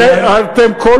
זה הדבר הבא, נכון.